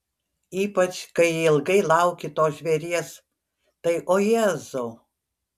ypač kai ilgai lauki to žvėries tai o jėzau